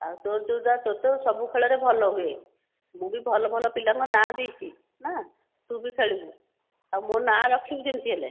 ଆଉ ତୋର ଯେଉଁଟା ତୋର ତ ସବୁ ଖେଳରେ ଭଲ ହୁଏ ମୁଁ ଭି ଭଲ ଭଲ ପିଲାଙ୍କ ନାଁ ଦେଇଛି ନା ତୁ ବି ଖେଳିବୁ ଆଉ ମୋ ନାଁ ରଖିବୁ ଯେମିତି ହେଲେ